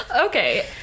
okay